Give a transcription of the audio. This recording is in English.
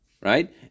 right